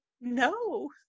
No